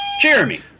Jeremy